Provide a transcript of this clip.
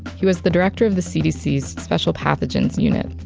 he was the director of the cdc's special pathogens unit.